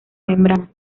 membrana